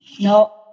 No